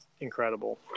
incredible